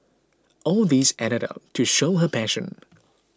all these added up to show her passion